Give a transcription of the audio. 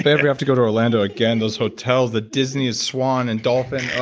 but after have to go to orlando again. those hotels. the disney, swan and dolphin.